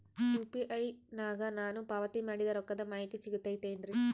UPI ನಾಗ ನಾನು ಪಾವತಿ ಮಾಡಿದ ರೊಕ್ಕದ ಮಾಹಿತಿ ಸಿಗುತೈತೇನ್ರಿ?